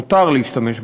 מותר להשתמש באדמה,